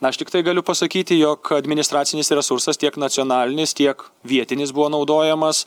aš tiktai galiu pasakyti jog administracinis resursas tiek nacionalinis tiek vietinis buvo naudojamas